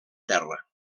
terra